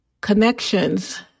Connections